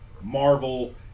Marvel